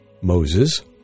Moses